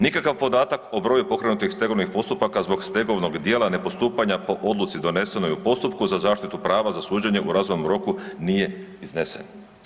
Nikakav podatak o broju pokrenutih stegovnih postupaka zbog stegovnog djela ne postupanja po odluci donesenoj u postupku za zaštitu prava za suđenje u razumnom roku nije iznesen.